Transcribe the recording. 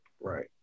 Right